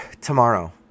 tomorrow